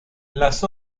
las